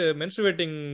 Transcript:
menstruating